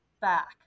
back